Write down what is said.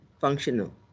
functional